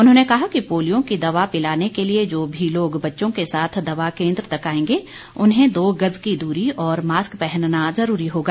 उन्होंने कहा कि पोलियो की दवा पिलाने के लिए जो भी लोग बच्चों के साथ दवा केन्द्र तक आएंगे उन्हें दो गज की दूरी और मास्क पहनना जरूरी होगा